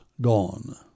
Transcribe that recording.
gone